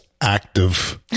active